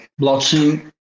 blockchain